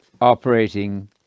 operating